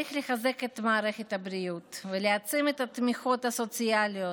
צריך לחזק את מערכת הבריאות ולהעצים את התמיכות הסוציאליות,